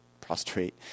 prostrate